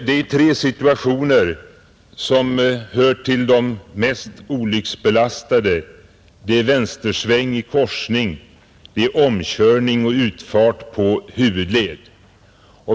Det är tre situationer som hör till de mest olycksbelastade — det är vänstersväng i korsning, det är omkörning och det är utfart på huvudled.